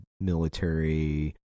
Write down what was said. military